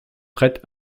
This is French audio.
prête